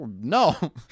No